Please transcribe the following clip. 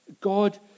God